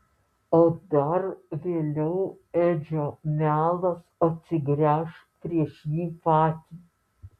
o dar vėliau edžio melas atsigręš prieš jį patį